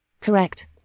Correct